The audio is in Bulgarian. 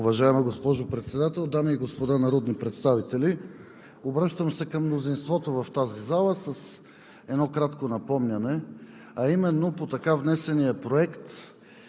Уважаема госпожо Председател, дами и господа народни представители! Обръщам се към мнозинството в тази зала с едно кратко напомняне, а именно по така внесения проект